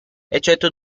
eccetto